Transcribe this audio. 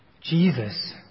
Jesus